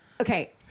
okay